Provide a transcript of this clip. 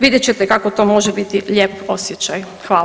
Vidjet ćete kako to može biti lijep osjećaj.